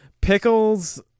Pickles